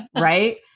right